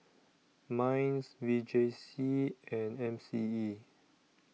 Minds V J C and M C E